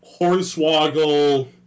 Hornswoggle